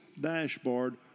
dashboard